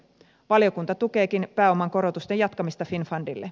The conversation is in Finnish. valiokunta tukeekin pääoman korotusten jatkamista finnfundille